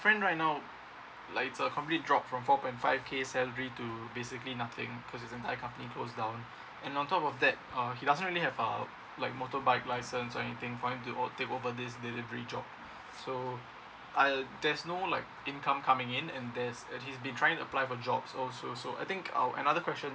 right now like his currently drop from four point five k salary to basically nothing cause the season company closed down and on top of that uh he doesn't really have a like motorbike license or anything for him to take over this delivery job so I there's no like income coming in and there's he's been trying apply for jobs also so I think I've another question